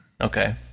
Okay